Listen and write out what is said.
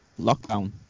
Lockdown